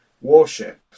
warship